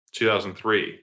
2003